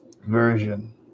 version